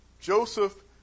Joseph